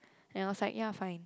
then I was like ya fine